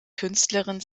künstlerin